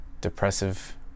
depressive